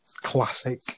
classic